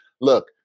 Look